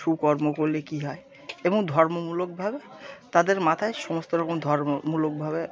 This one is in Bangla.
সুকর্ম করলে কী হয় এবং ধর্মমূলকভাবে তাদের মাথায় সমস্ত রকম ধর্মমূলকভাবে